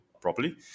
properly